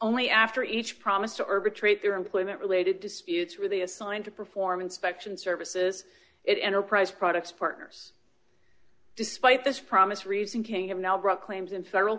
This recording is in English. only after each promised to herb a trait their employment related disputes were the assigned to perform inspection services it enterprise products partners despite this promise reason can have now brought claims in federal